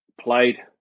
played